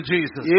Jesus